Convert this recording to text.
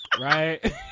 Right